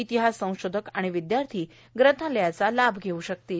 इतिहास संशोधक विद्यार्थी या ग्रंथालयाचा लाभ घेऊ शकतील